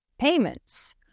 payments